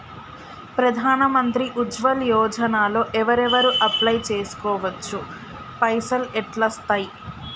ప్రధాన మంత్రి ఉజ్వల్ యోజన లో ఎవరెవరు అప్లయ్ చేస్కోవచ్చు? పైసల్ ఎట్లస్తయి?